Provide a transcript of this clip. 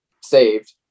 saved